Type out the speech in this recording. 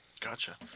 Gotcha